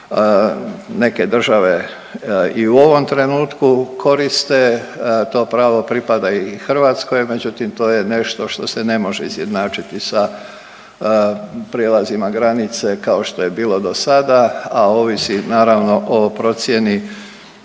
neke države i u ovom trenutku koriste, to pravo pripada i Hrvatskoj, međutim to je nešto što se ne može izjednačiti sa prijelazima granice kao što je bilo dosada, a ovisi naravno o procijeni